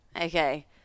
Okay